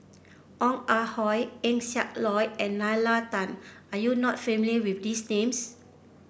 Ong Ah Hoi Eng Siak Loy and Nalla Tan are you not familiar with these names